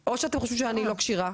או שאתם חושבים שאני לא כשירה,